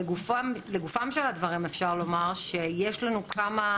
לגוף הדברים, יש לנו כמה